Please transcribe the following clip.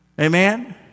Amen